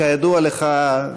כידוע לך,